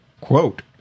quote